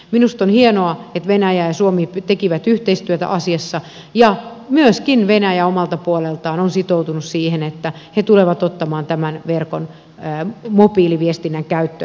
minusta on hienoa että venäjä ja suomi tekivät yhteistyötä asiassa ja myöskin venäjä omalta puoleltaan on sitoutunut siihen että he tulevat ottamaan tämän verkon mobiiliviestinnän käyttöön